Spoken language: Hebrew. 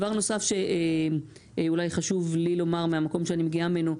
דבר נוסף שאולי חשוב לי לומר מהמקום שאני מגיעה ממנו,